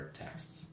texts